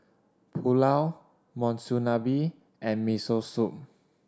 Pulao Monsunabe and Miso Soup